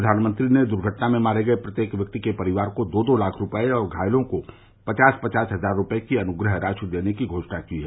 प्रधानमंत्री ने दुर्घटना में मारे गये प्रत्येक व्यक्ति के परिवार को दो दो लाख रूपये और घायलों को पचास पचास हजार रूपये की अनुग्रह राशि देने की घोषणा की है